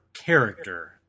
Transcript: character